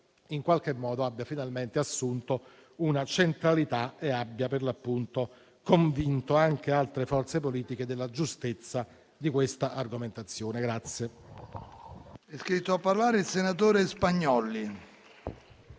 in qualche modo abbia finalmente assunto una centralità e abbia convinto anche altre forze politiche della giustezza di questa argomentazione.